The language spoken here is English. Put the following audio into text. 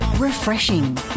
Refreshing